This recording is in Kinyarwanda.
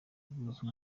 buzwi